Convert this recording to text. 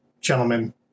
gentlemen